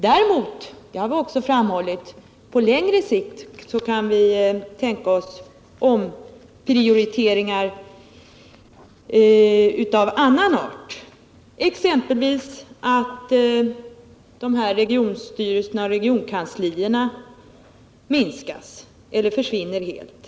Däremot — det har vi också framhållit — kan vi på längre sikt tänka oss omprioriteringar av annan art, exempelvis att regionstyrelserna och regionkanslierna minskas eller försvinner helt.